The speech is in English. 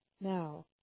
Now